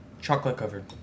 Chocolate-covered